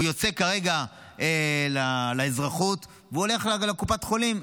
הוא יוצא כרגע לאזרחות והוא הולך לקופת חולים,